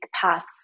paths